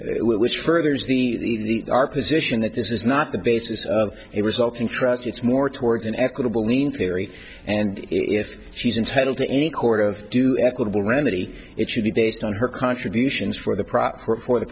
the our position that this is not the basis of it was all contract it's more towards an equitable mean theory and if she's entitled to any court of due equitable remedy it should be based on her contributions for the proper for the